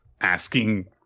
asking